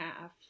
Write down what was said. half